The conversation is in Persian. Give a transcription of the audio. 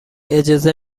اجازه